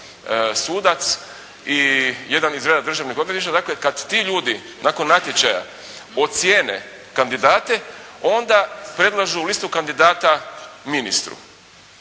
sudac i jedan iz reda državnog odvjetništva. Dakle, kad ti ljudi nakon natječaja ocijene kandidate, onda predlažu listu kandidata ministru.